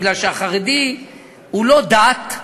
כי החרדי הוא לא דת,